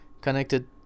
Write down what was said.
connected